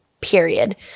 period